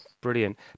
brilliant